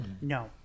No